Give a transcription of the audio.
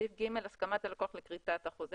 סעיף (ג) "הסכמת הלקוח לכריתת החוזה